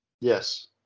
Yes